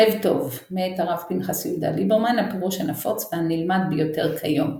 לב טוב - מאת הרב פנחס יהודה ליברמן - הפירוש הנפוץ והנלמד ביותר כיום.